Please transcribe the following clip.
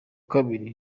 kabiri